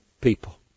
people